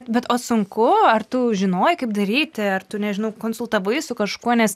bet o sunku ar tu žinojai kaip daryti ar tu nežinau konsultavais su kažkuo nes